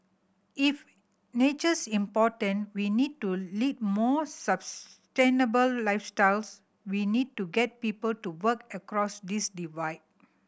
if nature's important we need to lead more lifestyles we need to get people to work across this divide